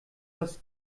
das